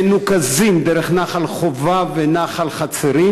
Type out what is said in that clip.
מנוקזים דרך נחל-חובב ונחל-חצרים,